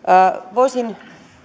voisin